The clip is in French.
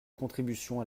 contribution